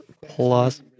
plus